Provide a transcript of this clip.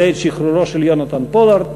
זה את שחרורו של יהונתן פולארד,